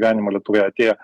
gyvenimą lietuvoje atėję